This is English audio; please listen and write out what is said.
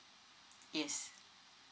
yes